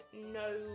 no